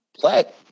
black